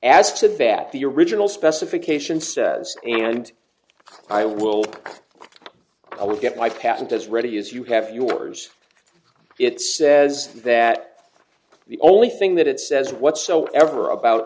to that the original specification says and i will i will get my patent as ready as you have yours it says that the only thing that it says whatsoever about